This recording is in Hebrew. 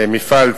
מפעל,